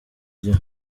gihe